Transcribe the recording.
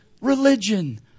religion